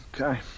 okay